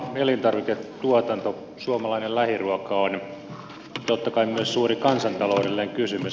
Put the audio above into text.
oma elintarviketuotanto suomalainen lähiruoka on totta kai myös suuri kansantaloudellinen kysymys